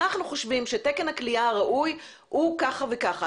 אנחנו חושבים שתקן הכליאה הראוי הוא כך וכך.